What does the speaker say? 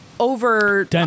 Over